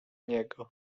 niego